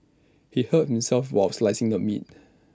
he hurt himself while slicing the meat